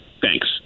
Thanks